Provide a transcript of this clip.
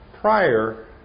prior